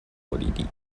ordinate